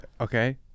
Okay